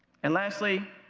and lastly,